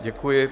Děkuji.